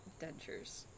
dentures